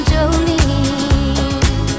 Jolene